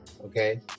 Okay